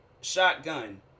Shotgun